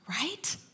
right